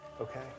okay